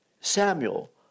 Samuel